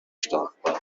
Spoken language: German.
startbahn